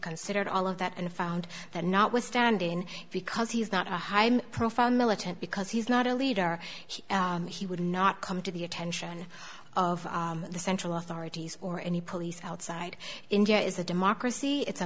considered all of that and found that notwithstanding because he is not a high profile militant because he's not a leader he would not come to the attention of the central authorities or any police outside india is a democracy it's a